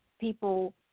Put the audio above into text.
People